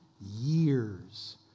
years